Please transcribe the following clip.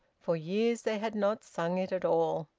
for years they had not sung it at all.